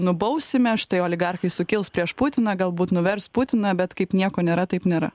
nubausime štai oligarchai sukils prieš putiną galbūt nuvers putiną bet kaip nieko nėra taip nėra